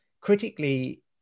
critically